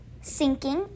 sinking